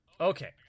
Okay